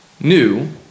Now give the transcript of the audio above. new